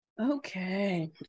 Okay